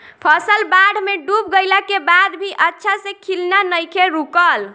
फसल बाढ़ में डूब गइला के बाद भी अच्छा से खिलना नइखे रुकल